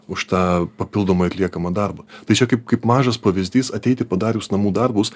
už tą papildomai atliekamą darbą tai čia kaip kaip mažas pavyzdys ateiti padarius namų darbus